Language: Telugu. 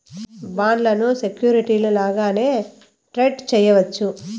బాండ్లను సెక్యూరిటీలు లాగానే ట్రేడ్ చేయవచ్చు